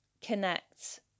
connect